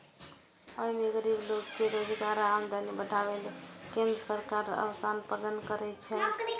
अय मे गरीब लोक कें रोजगार आ आमदनी बढ़ाबै लेल केंद्र सरकार अवसर प्रदान करै छै